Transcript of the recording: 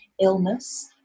illness